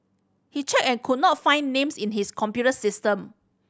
he checked and could not find names in his computer system